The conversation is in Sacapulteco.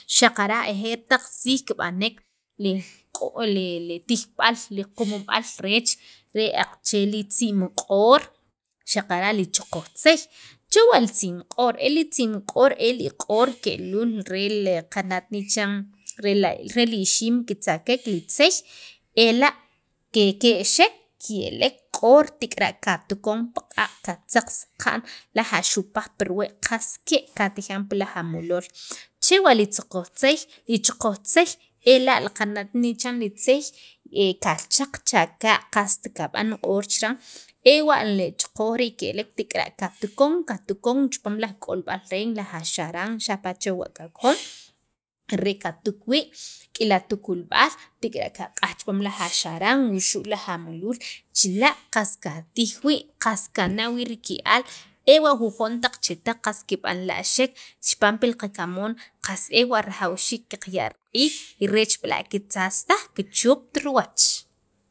xaqara' ajeer taq tziij kib'anek li q'o li tijb'al li qumub'aal reech, re aqache' li tz'im q'or xaqara' li choqojtzey chewa' li tzi'm q'or eli q'or ke'luul qana't ne chiran re li ixiim kitzakek li tzeey ela' kike'xek ke'lek q'or tek'ara' qatukon pi q'a' qatzaq saqa'n laj axupaj pirwe' qas ke' qatijan pi laj amulool chewa' li tzoqojtzey li choqojtzey ela' qana' chiran li tzeey, qachaq cha ka' qast kab'an q'or chiran ewa' li choqoj rii' ke'lek tek'ara' katukon katukon chipam jun laj k'olb'al reen laj axaran xapa' chewa' qakojon re katuk wii' rik'in atukulb'al tik'ara' kaq'aj chipaam laj axaran wuxu' laj amuluul chila' qas katij wii' qas kana' wii' rike'aal ewa' jujon taq chetaq qas kib'anla'xek chipaam pil qakamoon qas ewa' rajawxiik qaqya' riq'iij y reech b'la' kitzatza taj kichupt riwach